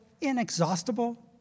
inexhaustible